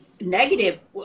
negative